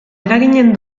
eraginen